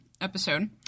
episode